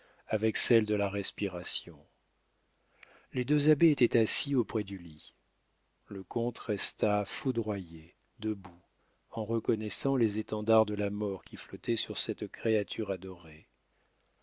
avec celles de la respiration les deux abbés étaient assis auprès du lit le comte resta foudroyé debout en reconnaissant les étendards de la mort qui flottaient sur cette créature adorée